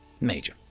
Major